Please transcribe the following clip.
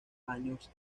años